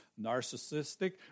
Narcissistic